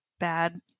Bad